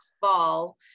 fall